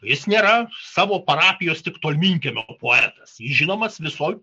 jis nėra savo parapijos tik tolminkiemio poetas jis žinomas visoj